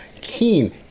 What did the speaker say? Keen